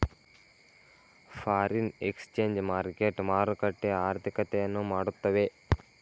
foreign exchange market ಮಾರುಕಟ್ಟೆ ಆರ್ಥಿಕತೆಯನ್ನು ಮಾಡುತ್ತವೆ